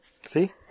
See